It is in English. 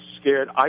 scared